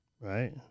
right